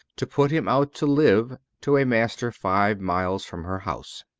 to put him out to live to a master five miles from her house.